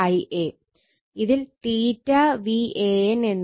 Ia എന്നതും 0 ആണ്